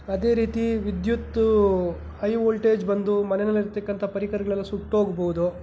ಅದೇ ರೀತಿ ವಿದ್ಯುತ್ತು ಹೈ ವೋಲ್ಟೇಜ್ ಬಂದು ಮನೇನಲ್ಲಿ ಇರತಕ್ಕಂಥ ಪರಿಕರಗಳೆಲ್ಲ ಸುಟ್ಟು ಹೋಗ್ಬೋದು